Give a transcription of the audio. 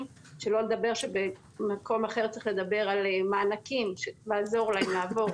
שלא לדבר על כך שבמקום אחר צריך לדבר על מענקים כדי לעזור להם לעבור